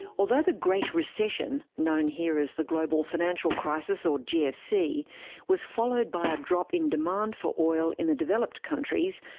although the great recession known here as the global financial crisis or gfc was followed by a drop in demand for oil in the developed countries,